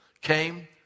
came